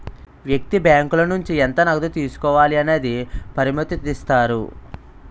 వ్యక్తి బ్యాంకుల నుంచి ఎంత నగదు తీసుకోవాలి అనేది పరిమితుదిస్తారు